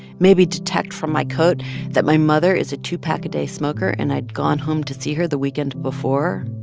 maybe detect from my coat that my mother is a two-pack-a-day smoker and i'd gone home to see her the weekend before?